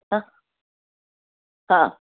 हा हां